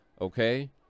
okay